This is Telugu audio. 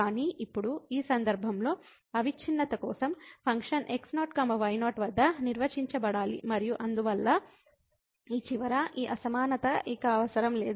కానీ ఇప్పుడు ఈ సందర్భంలో అవిచ్ఛిన్నత కోసం ఫంక్షన్ x0 y0 వద్ద నిర్వచించబడాలి మరియు అందువల్ల ఈ చివర ఈ అసమానత ఇక అవసరం లేదు